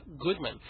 Goodman